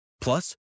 Plus